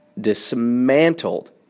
dismantled